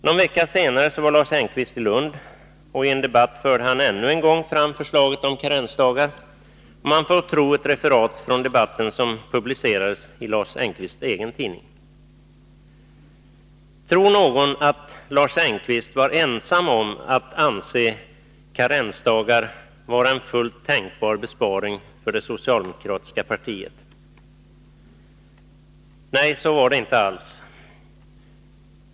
Någon vecka senare var Lars Engqvist i Lund, och i en debatt förde han ännu en gång fram förslaget om karensdagar, om man får tro ett referat från debatten som publicerades i Lars Engqvists egen tidning. Tror någon att Lars Engqvist var ensam om att anse karensdagar vara en fullt tänkbar besparing för det socialdemokratiska partiet? Nej, så var det inte alls.